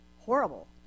horrible